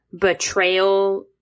betrayal